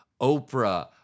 Oprah